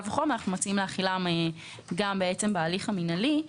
ואנחנו מציעים להחילן גם בהליך המינהלי.